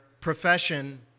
profession